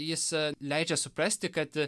jis a leidžia suprasti kad